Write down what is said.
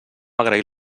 agrair